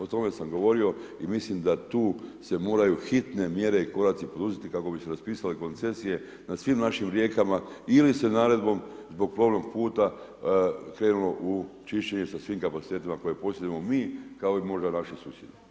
O tome sam govorio i mislim da tu se moraju hitne mjere i koraci poduzeti, kako bi se raspisali koncesije, nad svim našim rijekama, ili se naredbom, zbog plovnog puta, krenulo u čišćenje sa svim kapacitetima, koje posjedujemo mi, kao i možda vaši susjedi.